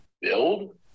build